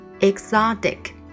Exotic